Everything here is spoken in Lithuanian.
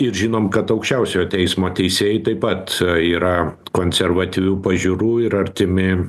ir žinom kad aukščiausiojo teismo teisėjai taip pat yra konservatyvių pažiūrų ir artimi